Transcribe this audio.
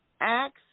Acts